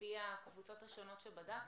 לפי הקבוצות השונות שבדקתם.